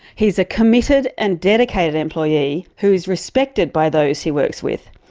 he is a committed and dedicated employee who is respected by those he works with.